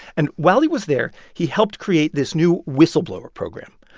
and while he was there, he helped create this new whistleblower program.